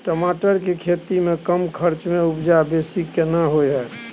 टमाटर के खेती में कम खर्च में उपजा बेसी केना होय है?